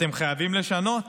אתם חייבים לשנות.